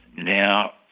now,